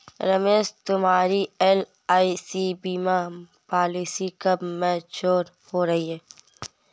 रमेश तुम्हारी एल.आई.सी बीमा पॉलिसी कब मैच्योर हो रही है?